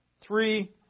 three